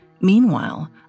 Meanwhile